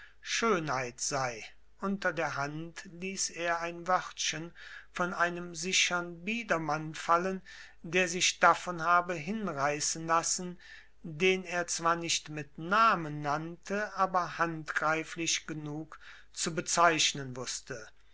schönheit sei unter der hand ließ er ein wörtchen von einem sichern biedermann fallen der sich davon habe hinreißen lassen den er zwar nicht mit namen nannte aber handgreiflich genug zu bezeichnen wußte